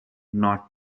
not